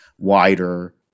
wider